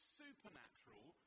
supernatural